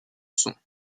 son